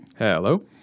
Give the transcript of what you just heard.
Hello